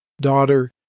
Daughter